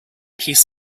piece